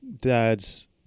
dad's